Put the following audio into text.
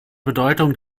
bedeutung